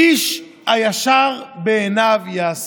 איש הישר בעיניו יעשה".